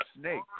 snake